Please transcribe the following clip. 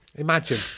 Imagine